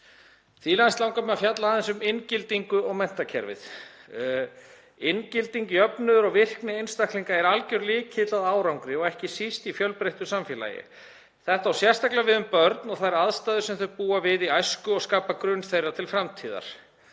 Því næst langar mig að fjalla aðeins um inngildingu og menntakerfið. Inngilding, jöfnuður og virkni einstaklinga er algjör lykill að árangri og ekki síst í fjölbreyttu samfélagi. Þetta á sérstaklega við um börn og þær aðstæður sem þau búa við í æsku og skapa grunn þeirra til framtíðar.